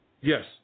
Yes